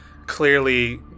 clearly